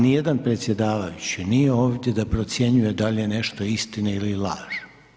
Nijedan predsjedavajući nije ovdje da procjenjuje da li je nešto istina ili laž.